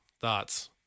thoughts